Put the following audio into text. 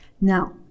Now